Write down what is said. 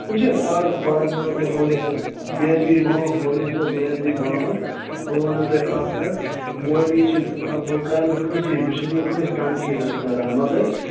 وٕچھ حظ آز بہٕ حظ وَنو تۄہہِ مولوی صٲب بے ادبی معاف مولوی صٲب بے ادبی معاف بہٕ وَنو تۄہہِ اَکھ کَتھ مالوی چھِ بہٕ کَرنہٕ کٲنسی بہٕ چُھس نہٕ کٲنسی تَنقیٖد حظ کَران مگر